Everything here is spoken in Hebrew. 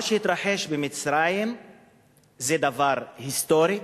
מה שהתרחש במצרים זה דבר היסטורי,